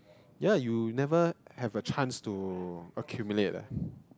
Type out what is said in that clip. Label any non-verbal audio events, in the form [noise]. yeah you never have a chance to accumulate ah [breath]